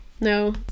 No